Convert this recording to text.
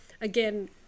again